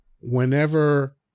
Whenever